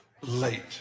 late